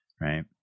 right